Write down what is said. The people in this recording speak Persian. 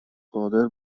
قادر